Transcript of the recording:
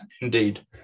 Indeed